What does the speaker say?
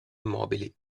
immobili